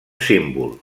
símbol